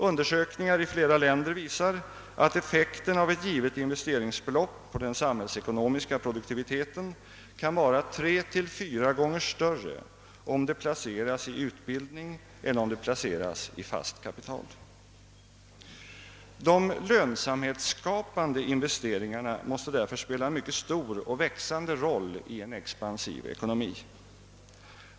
Undersökningar i flera länder visar att effekten av ett givet investeringsbelopp på den samhällsekonomiska produktiviteten kan vara 3—4 gånger större om det placeras i utbildning än om det placeras i fast kapital. De lönsamhetsskapande investeringarna måste därför spela en stor och växande roll i en expansiv ekonomi.